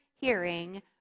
hearing